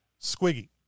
squiggy